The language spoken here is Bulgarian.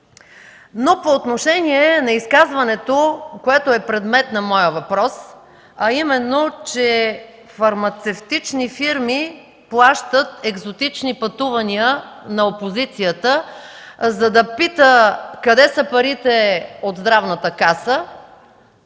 По отношение на изказването, което е предмет на моя въпрос, а именно, че фармацевтични фирми плащат екзотични пътувания на опозицията, за да пита къде са парите от Здравната каса,